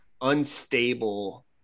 unstable